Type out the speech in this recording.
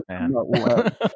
man